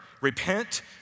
repent